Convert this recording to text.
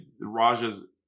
Raja's